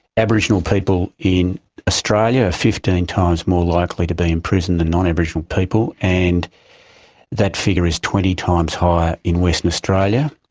aboriginal people in australia are fifteen times more likely to be in prison than non-aboriginal people, and that figure is twenty times higher in western australia.